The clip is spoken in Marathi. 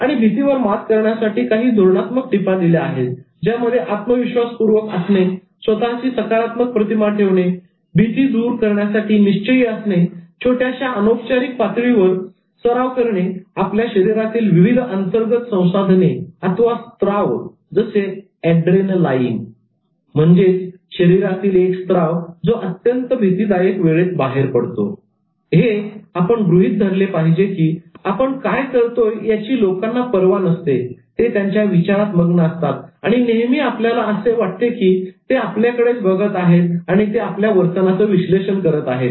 आणि भीतीवर मात करण्यासाठी काही धोरणात्मक टिपा दिल्या आहेत ज्यामध्ये आत्मविश्वासपूर्वक असणे स्वतःची सकारात्मक प्रतिमा ठेवणे भीती दूर करण्यासाठी निश्चयी असणे छोट्याशा अनौपचारिक पातळीवर सराव करणे आपल्या शरीरातील विविध अंतर्गत संसाधने स्त्राव जसे एड्रेनालाईन शरीरातील एक स्त्राव जो अत्यंत भीतीदायक वेळेत बाहेर पडतो हे आपण गृहीत धरले पाहिजे की आपण काय करतोय याची लोकांना पर्वा नसते ते त्यांच्या विचारात मग्न असतात आणि नेहमी आपल्याला असे वाटते की ते आपल्याकडेच बघत आहेत आणि ते आपल्या वर्तनाचं विश्लेषण करत आहेत